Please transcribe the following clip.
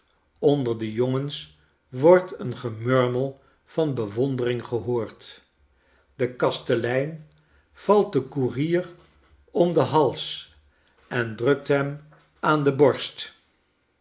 onder de jongens wordt een gemurmel van bewondering gehoord de kastelein valt den koerier om den hals en drukt hem aan de borst